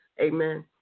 Amen